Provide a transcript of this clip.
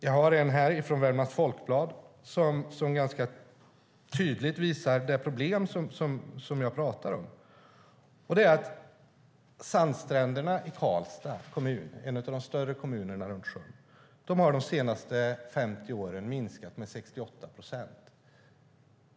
En artikel från Värmlands Folkblad visar ganska tydligt det problem som jag pratar om, och det är att sandstränderna i Karlstads kommun, som är en av de större kommunerna runt sjön, under de senaste 50 åren har minskat med 68 procent.